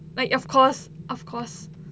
like of course of course